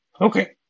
Okay